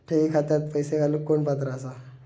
ठेवी खात्यात पैसे घालूक कोण पात्र आसा?